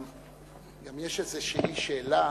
גם יש איזו שאלה